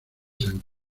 san